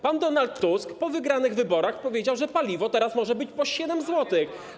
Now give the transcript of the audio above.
Pan Donald Tusk po wygranych wyborach powiedział, że paliwo teraz może kosztować 7 zł.